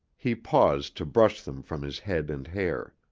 he paused to brush them from his head and hair.